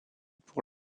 pour